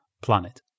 planet